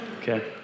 Okay